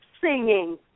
singing